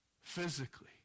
physically